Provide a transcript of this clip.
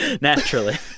Naturally